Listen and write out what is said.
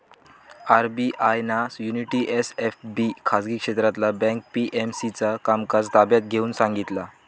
RBI ना Unity SFB खाजगी क्षेत्रातला बँक पी.एम.सी चा कामकाज ताब्यात घेऊन सांगितला